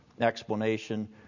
explanation